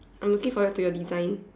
I'm looking forward to your design